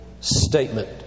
statement